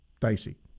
dicey